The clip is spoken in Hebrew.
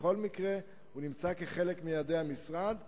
בכל מקרה, הוא אחד מיעדי המשרד.